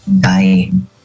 Dying